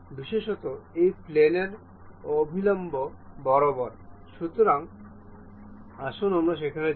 বিশেষত এই প্লেনের অভিলম্ব বরাবর আসুন আমরা সেখানে যাই